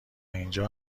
اینجا